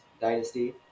Dynasty